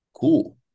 Cool